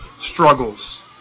struggles